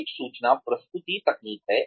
एक सूचना प्रस्तुति तकनीक है